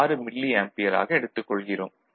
6 milliampere ஆக எடுத்துக் கொள்கிறோம்